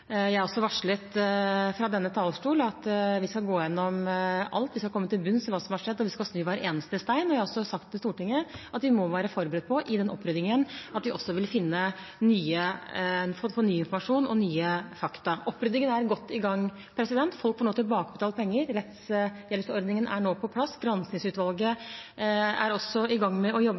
Jeg har varslet fra denne talerstol at vi skal gå gjennom alt. Vi skal komme til bunns i hva som har skjedd, og vi skal snu hver eneste stein. Jeg har også sagt til Stortinget at vi må være forberedt på at vi i opprydningen også vil få ny informasjon og nye fakta. Opprydningen er godt i gang. Folk får nå tilbakebetalt penger. Rettshjelpsordningen er nå på plass. Granskningsutvalget er også i gang med å jobbe,